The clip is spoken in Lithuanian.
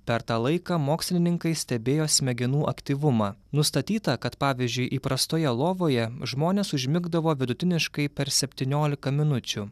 per tą laiką mokslininkai stebėjo smegenų aktyvumą nustatyta kad pavyzdžiui įprastoje lovoje žmonės užmigdavo vidutiniškai per septyniolika minučių